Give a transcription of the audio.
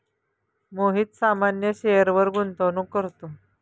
मोहित सामान्य शेअरवर गुंतवणूक करतो